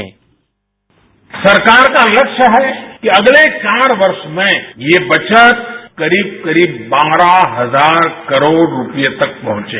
bite सरकार का लक्ष्य है कि अगले चार वर्ष में ये बचत करीब करीब बारह हजार करोड़ रूपयेतक पहुंचे